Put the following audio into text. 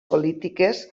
polítiques